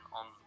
on